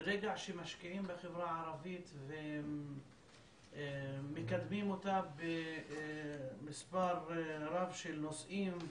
ברגע שמשקיעים בחברה הערבית ומקדמים אותה במספר רב של נושאים,